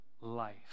life